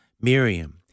Miriam